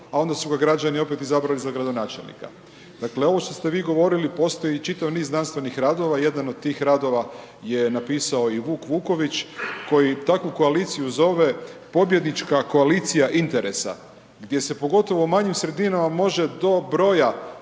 a onda su ga građani opet izabrali za gradonačelnika. Dakle, ovo što ste vi govorili, postoji čitav niz znanstvenih radova i jedan od tih radova je napisao i Vuk Vuković, koji takvu koaliciju zove, pobjednička koalicija interesa, gdje se pogotovo u manjim sredinama može do broja